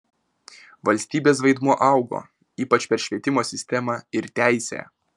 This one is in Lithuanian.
valstybės vaidmuo augo ypač per švietimo sistemą ir teisę